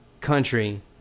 country